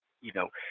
you know,